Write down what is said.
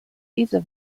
diese